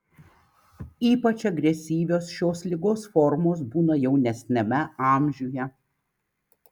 ypač agresyvios šios ligos formos būna jaunesniame amžiuje